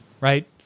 right